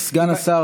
סגן השר,